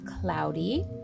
cloudy